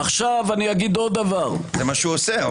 זה מה שהוא עושה.